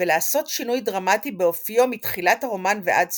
ולעשות שינוי דרמטי באופיו מתחילת הרומן ועד סופו.